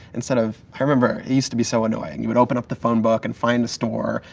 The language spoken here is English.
instead of, i remember it used to be so annoying. you would open up the phone book, and find the store,